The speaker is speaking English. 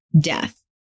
death